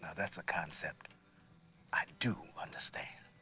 that's a concept i do understand.